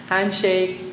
Handshake